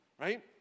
right